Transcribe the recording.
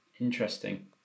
Interesting